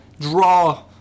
draw